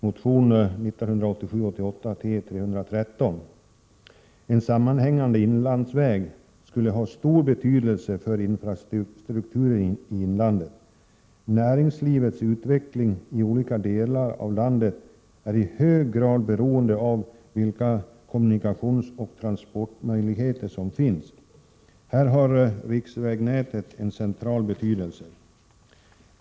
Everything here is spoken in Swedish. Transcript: Jag talar om motion 1987/88:T313. En sammanhängande inlandsväg skulle ha stor betydelse för infrastrukturen i inlandet. Näringslivets utveckling i olika delar av landet är i hög grad beroende av vilka kommunikationsoch transportmöjligheter som finns. Här har riksvägnätet en central betydelse.